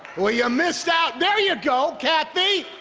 well, you missed out. there you go! kathy!